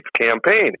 campaign